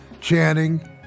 Channing